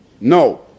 No